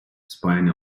spying